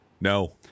No